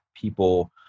people